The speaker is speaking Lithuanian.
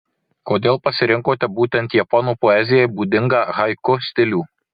kodėl pasirinkote būtent japonų poezijai būdingą haiku stilių